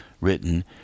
written